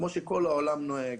כמו שכל העולם נוהג.